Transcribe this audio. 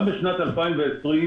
גם בשנת 2020,